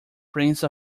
prince